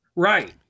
Right